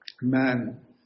man